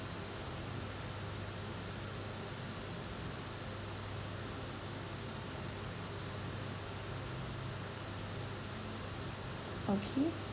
okay